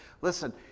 Listen